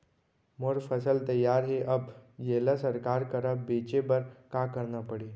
मोर फसल तैयार हे अब येला सरकार करा बेचे बर का करना पड़ही?